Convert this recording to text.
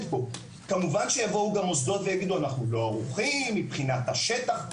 כמובן שיבואו גם המוסדות ויגידו: אנחנו לא ערוכים מבחינת השטח.